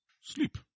sleep